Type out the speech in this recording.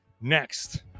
next